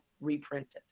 reprinted